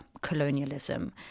colonialism